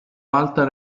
malta